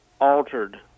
altered